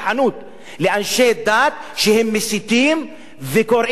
דת שמסיתים וקוראים לגזענות נגד ערבים.